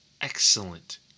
Excellent